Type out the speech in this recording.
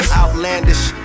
outlandish